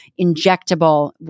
injectable